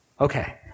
Okay